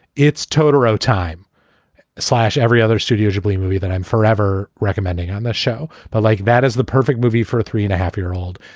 it's totaro time slash every other studio ghibli movie that i'm forever recommending on the show. but like that is the perfect movie for three and a half year old.